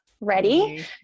ready